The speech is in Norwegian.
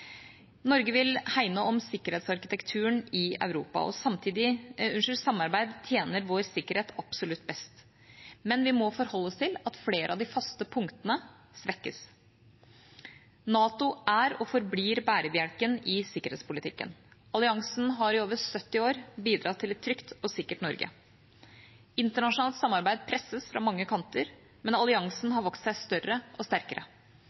Norge vil hegne om sikkerhetsarkitekturen i Europa. Samarbeid tjener vår sikkerhet absolutt best. Men vi må forholde oss til at flere av de faste punktene svekkes. NATO er og forblir bærebjelken i sikkerhetspolitikken. Alliansen har i over 70 år bidratt til et trygt og sikkert Norge. Internasjonalt samarbeid presses fra mange kanter, men alliansen har vokst seg større og sterkere.